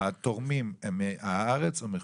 התורמים הם מהארץ או מחו"ל?